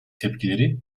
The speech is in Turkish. tepkileri